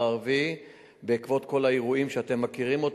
הערבי בעקבות כל האירועים שאתם מכירים.